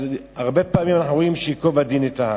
הרבה פעמים אנחנו אומרים שייקוב הדין את ההר.